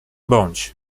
bądź